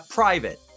private